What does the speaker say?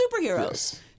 superheroes